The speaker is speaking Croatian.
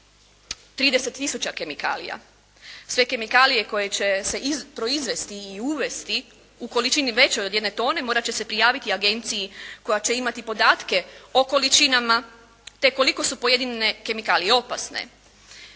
tisuća kemikalija. Sve kemikalije koje će se proizvesti i uvesti u količini većoj od 1 tone morat će se prijaviti agenciji koja će imati podatke o količinama te koliko su pojedine kemikalije opasne.